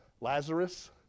Lazarus